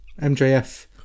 MJF